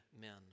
men